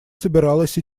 собиралась